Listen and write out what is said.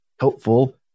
helpful